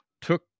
took